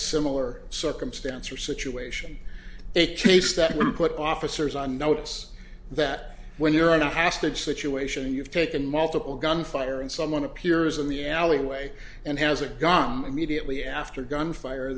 similar circumstance or situation a chase that will put officers on notice that when you're in a hostage situation you've taken multiple gun fire and someone appears in the alleyway and has a gun immediately after gunfire